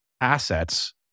assets